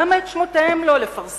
למה את שמותיהם לא לפרסם?